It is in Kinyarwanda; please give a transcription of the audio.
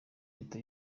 leta